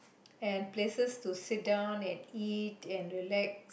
and places to sit down and eat and relax